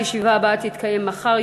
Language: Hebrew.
הישיבה הבאה תתקיים מחר,